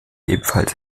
ebenfalls